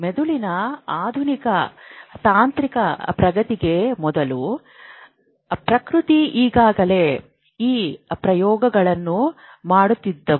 ಮೆದುಳಿನ ಆಧುನಿಕ ತಾಂತ್ರಿಕ ಪ್ರಗತಿಗೆ ಮೊದಲು ಪ್ರಕೃತಿ ಈಗಾಗಲೇ ಈ ಪ್ರಯೋಗಗಳನ್ನು ಮಾಡುತ್ತಿದರು